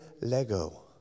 Lego